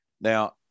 Now